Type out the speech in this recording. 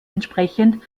entsprechend